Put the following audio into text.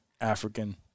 African